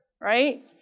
Right